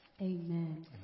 Amen